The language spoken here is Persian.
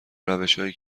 روشهایی